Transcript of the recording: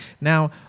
Now